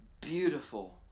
beautiful